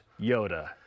Yoda